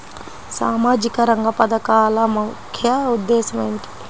సామాజిక రంగ పథకాల ముఖ్య ఉద్దేశం ఏమిటీ?